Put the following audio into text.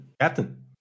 Captain